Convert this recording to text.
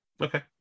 Okay